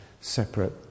separate